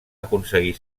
aconseguir